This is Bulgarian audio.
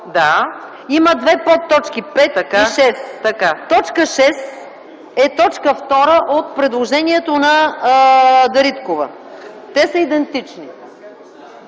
има две подточки 5 и 6. Точка 6 е т. 2 от предложението на Даниела Дариткова. Те са идентични.